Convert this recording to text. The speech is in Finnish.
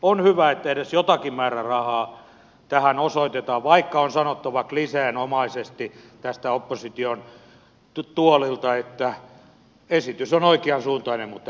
on hyvä että edes jotakin määrärahaa tähän osoitetaan vaikka on sanottava kliseenomaisesti tästä opposition tuolilta että esitys on oikeansuuntainen mutta riittämätön